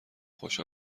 خوش